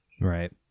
Right